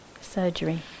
Surgery